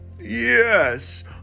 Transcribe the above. Yes